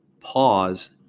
pause